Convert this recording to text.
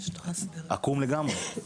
עקום לגמרי.